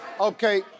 Okay